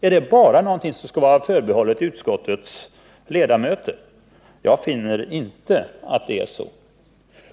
Är det någonting som skall vara förbehållet utskottets ledamöter? Jag finner inte att det är så.